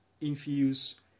infuse